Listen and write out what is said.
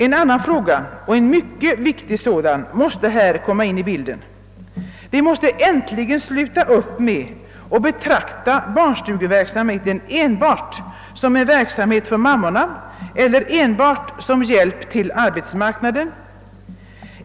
En annan fråga — och en mycket viktig sådan — måste här komma in i bilden. Vi måste äntligen sluta upp med att betrakta barnstugeverksamheten som enbart en verksamhet för mammorna eller enbart som hjälp till arbetsmarknaden.